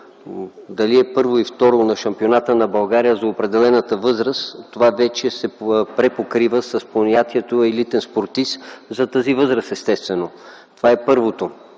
дали е първо и второ на шампионата на България за определената възраст, това вече се препокрива с понятието „елитен спортист”, за тази възраст естествено. Това е първото,